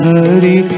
Hari